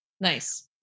nice